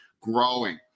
growing